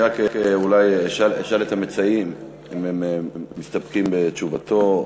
אני רק אשאל את המציעים אם הם מסתפקים בתשובתו,